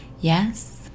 yes